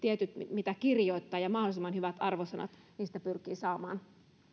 mitä kirjoittaa ja mahdollisimman hyvät arvosanat niistä pyrkii saamaan